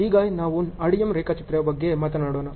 ಈಗ ನಾವು RDM ರೇಖಾಚಿತ್ರಗಳ ಬಗ್ಗೆ ಮಾತನಾಡೋಣ